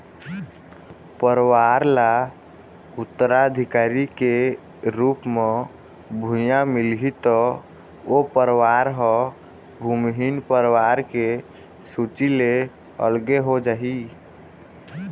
परवार ल उत्तराधिकारी के रुप म भुइयाँ मिलही त ओ परवार ह भूमिहीन परवार के सूची ले अलगे हो जाही